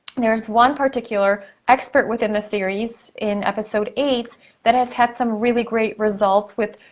there's one particular expert within the series in episode eight that has had some really great results with,